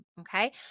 okay